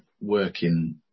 working